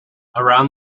around